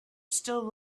still